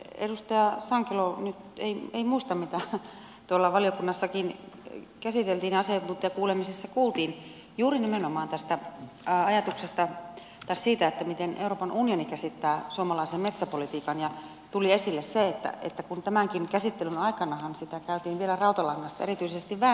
edustaja sankelo ei nyt muista mitä tuolla valiokunnassakin käsiteltiin ja asiantuntijakuulemisissa kuultiin juuri nimenomaan siitä miten euroopan unioni käsittää suomalaisen metsäpolitiikan ja tuli esille seikka että kun tämänkin käsittelyn aikanahan sitä käytiin vielä rautalangasta erityisesti vääntämässä